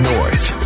North